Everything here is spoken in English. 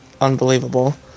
unbelievable